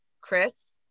Chris